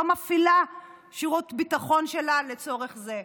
מפעילה את שירות הביטחון שלה לצורך זה",